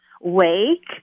wake